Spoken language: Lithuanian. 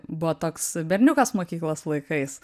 buvo toks berniukas mokyklos laikais